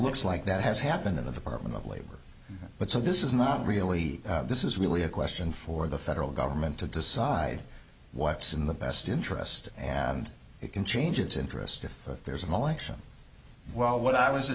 looks like that has happened in the department of labor but so this is not really this is really a question for the federal government to decide what's in the best interest and it can change its interest if there's an election well what i was a